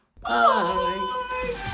Bye